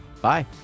Bye